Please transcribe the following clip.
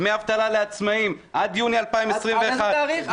דמי אבטלה לעצמאים עד יוני 2021. מענקים --- עד איזה תאריך?